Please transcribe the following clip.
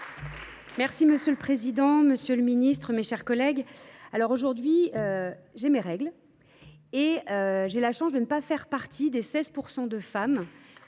Monsieur le président, monsieur le ministre, mes chers collègues, aujourd’hui, j’ai mes règles. Mais j’ai la chance de ne pas faire partie des 16 % de femmes